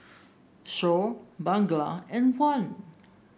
Shoaib Bunga and Wan